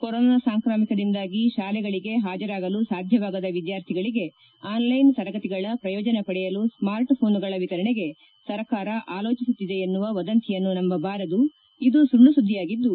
corona ಸಾಂಕ್ರಾಮಿಕದಿಂದಾಗಿ ಶಾಲೆಗಳಿಗೆ ಹಾಜರಾಗಲು ಸಾಧ್ಯವಾಗದ ವಿದ್ವಾರ್ಥಿಗಳಿಗೆ ಆನ್ಲೈನ್ ತರಗತಿಗಳ ಪ್ರಯೋಜನ ಪಡೆಯಲು ಸ್ಕಾರ್ಟ್ಫೋನ್ಗಳ ವಿತರಣೆಗೆ ಸರ್ಕಾರ ಆಲೋಚಿಸುತ್ತಿದೆ ಎನ್ನುವ ವದಂತಿಯನ್ನು ನಂಬಬಾರದು ಇದು ಸುಳ್ಲ ಸುದ್ಲಿಯಾಗಿದ್ದು